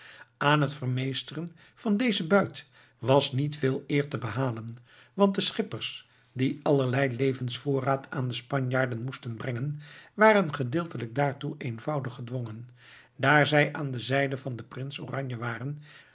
aan het vermeesteren van dezen buit was niet veel eer te behalen want de schippers die allerlei levensvoorraad aan de spanjaarden moesten brengen waren gedeeltelijk daartoe eenvoudig gedwongen daar zij aan de zijde van den prins van oranje waren